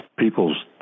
People's